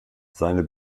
seine